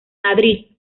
madrid